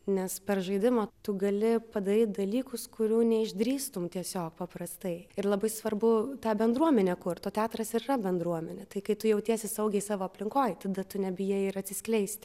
nes per žaidimą tu gali padaryt dalykus kurių neišdrįstum tiesiog paprastai ir labai svarbu tą bendruomenę kurt o teatras ir yra bendruomenė tai kai tu jautiesi saugiai savo aplinkoj tada tu nebijai ir atsiskleisti